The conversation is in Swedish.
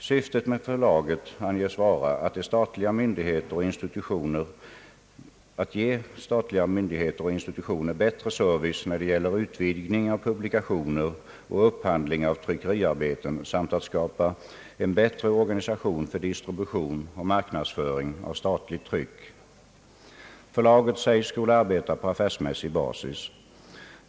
Syftet med förlaget anges vara att ge statliga myndigheter och institutioner bättre service när det gäller utgivning av publikationer och upphandling av tryckeriarbeten samt att skapa en bättre organisation för distribution och marknadsföring av statligt tryck. Förlaget sägs skola arbeta på affärsmässig basis.